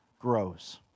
grows